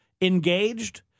engaged